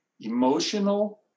emotional